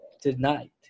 tonight